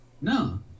No